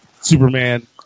Superman